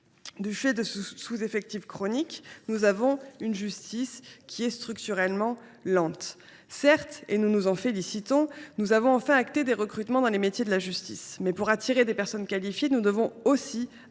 de ce sous effectif chronique, notre justice est structurellement lente. Certes, et nous nous en félicitons, nous avons enfin acté des recrutements dans les métiers de la justice, mais, si l’on veut attirer des personnes qualifiées, nous devons aussi améliorer